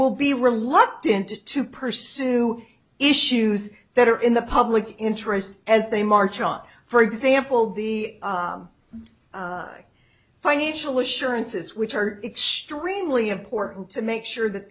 will be reluctant to pursue issues that are in the public interest as they march on for example the financial assurances which are extremely important to make sure that